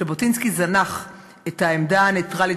ז'בוטינסקי זנח את העמדה הנייטרלית